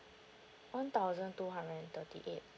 one thousand two hundred and thirty eight